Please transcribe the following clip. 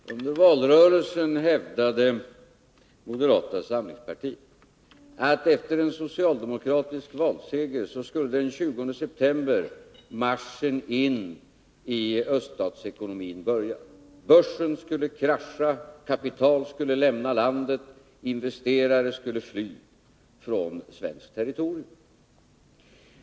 Herr talman! Under valrörelsen hävdade moderata samlingspartiet att efter en socialdemokratisk valseger skulle den 20 september marschen in i öststatsekonomin börja. Börsen skulle krascha. Kapital skulle lämna landet. Investerare skulle fly från svenskt territorium.